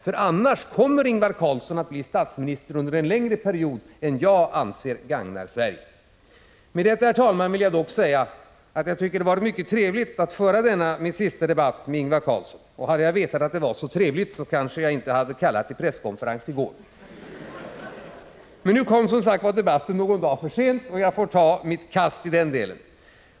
För annars kommer Ingvar Carlsson att bli statsminister under en längre period än jag anser gagnar Sverige. Jag vill dock säga, att jag tycker att det har varit mycket trevligt att föra denna min sista debatt med Ingvar Carlsson. Hade jag vetat att det var så trevligt, kanske jag inte hade kallat till presskonferens i går. Men nu kom som sagt debatten någon dag för sent, och jag får väl stå mitt kast i den delen.